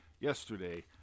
yesterday